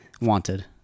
Wanted